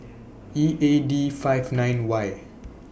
E A D five nine Y